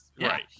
Right